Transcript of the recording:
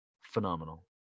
Phenomenal